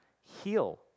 heal